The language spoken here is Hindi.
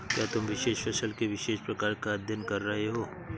क्या तुम विशेष फसल के विशेष प्रकार का अध्ययन कर रहे हो?